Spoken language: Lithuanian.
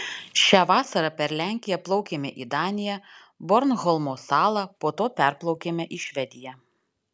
šią vasarą per lenkiją plaukėme į daniją bornholmo salą po to perplaukėme į švediją